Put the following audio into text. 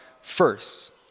first